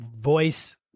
voice